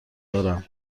دارم